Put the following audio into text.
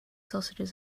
sausages